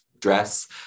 dress